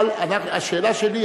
אבל השאלה שלי,